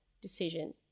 decision